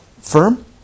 firm